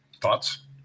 thoughts